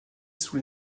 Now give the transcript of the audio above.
sous